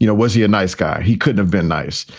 you know was he a nice guy? he couldn't have been nice,